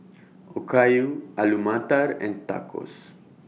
Okayu Alu Matar and Tacos